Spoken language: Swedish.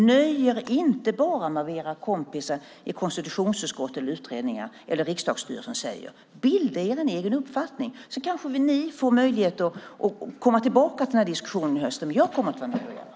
Nöj er inte bara med vad era kompisar i konstitutionsutskottet, utredningar eller riksdagsstyrelsen säger. Bilda er en egen uppfattning så kanske ni får möjlighet att komma tillbaka till den här diskussionen i höst. Jag kommer inte att vara med.